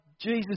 Jesus